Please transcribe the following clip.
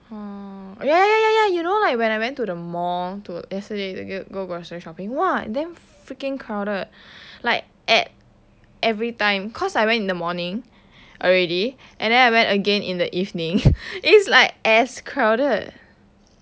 oh ya ya ya ya ya you know like when I went to the mall to yesterday to go grocery shopping !wah! damn freaking crowded like at every time cause I went in the morning already and then I went again in the evening is like as crowded